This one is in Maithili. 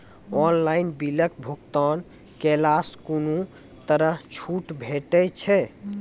ऑनलाइन बिलक भुगतान केलासॅ कुनू तरहक छूट भेटै छै?